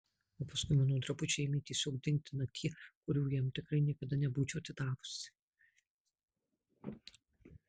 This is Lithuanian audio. o paskui mano drabužiai ėmė tiesiog dingti na tie kurių jam tikrai niekada nebūčiau atidavusi